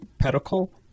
pedicle